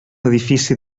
edifici